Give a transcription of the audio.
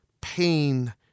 pain